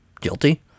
Guilty